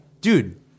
dude